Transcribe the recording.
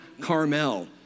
Carmel